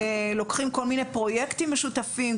לוקחים כל מיני פרויקטים משותפים,